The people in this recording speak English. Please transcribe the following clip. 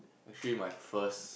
actually my first